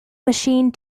machine